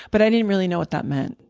but i didn't really know what that meant.